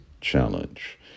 challenge